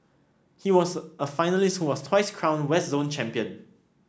he was a finalist who was twice crowned West Zone Champion